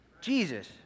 Jesus